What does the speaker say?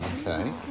Okay